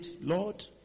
Lord